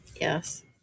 Yes